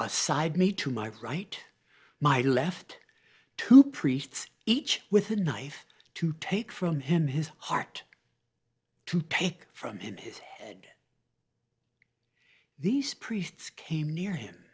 a side made to my right my left two priests each with a knife to take from him his heart to take from him his head these priests came near him